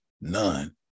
none